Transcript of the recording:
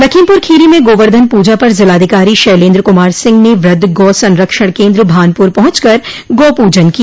लखीमपुर खीरी में गोवर्धन पूजा पर जिलाधिकारी शैलेन्द्र कुमार सिह ने वृहद गौ संरक्षण केन्द्र भानपुर पहुंच कर गौ पूजन किया